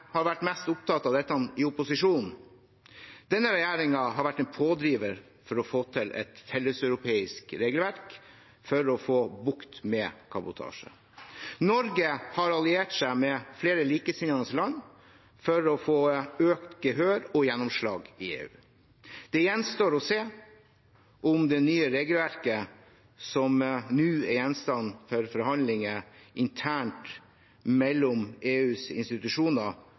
har vært mest opptatt av dette i opposisjon. Denne regjeringen har vært en pådriver for å få til et felleseuropeisk regelverk for å få bukt med kabotasje. Norge har alliert seg med flere likesinnede land for å få økt gehør og gjennomslag i EU. Det gjenstår å se om det nye regelverket, som nå er gjenstand for forhandlinger internt mellom EUs institusjoner,